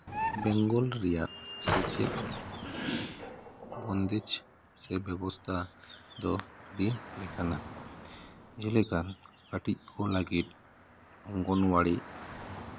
ᱵᱮᱝᱜᱚᱞ ᱨᱮᱭᱟᱜ ᱥᱮᱪᱮᱫ ᱵᱚᱱᱫᱮᱡᱽ ᱥᱮ ᱵᱮᱵᱚᱥᱛᱷᱟ ᱫᱚ ᱟᱹᱰᱤ ᱞᱮᱠᱟᱱᱟ ᱡᱮᱞᱮᱠᱟ ᱠᱟᱹᱴᱤᱡ ᱠᱚ ᱞᱟᱹᱜᱤᱫ ᱚᱝᱜᱚᱱᱣᱟᱲᱤ